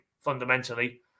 fundamentally